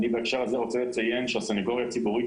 אני בהקשר הזה רוצה לציין שהסנגוריה הציבורית